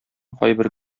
кайбер